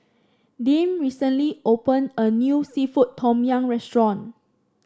Dink recently opened a new seafood Tom Yum restaurant